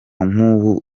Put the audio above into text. nk’ubu